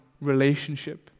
relationship